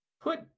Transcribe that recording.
Put